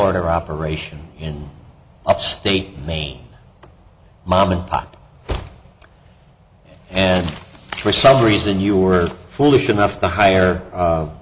order operation in upstate maine mom and pop and for some reason you were foolish enough to hire